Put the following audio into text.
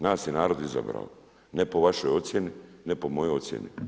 Nas je narod izabrao, ne po vašoj ocjeni, ne po mojoj ocjeni.